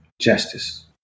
justice